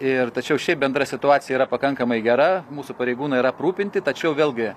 ir tačiau šiaip bendra situacija yra pakankamai gera mūsų pareigūnai yra aprūpinti tačiau vėlgi